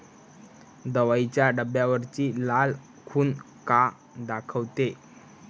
दवाईच्या डब्यावरची लाल खून का दाखवते?